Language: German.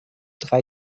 drei